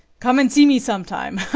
come and see me sometime,